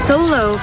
Solo